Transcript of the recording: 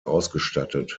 ausgestattet